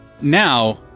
Now